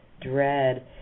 dread